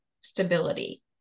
stability